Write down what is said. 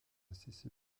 cessez